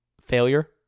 failure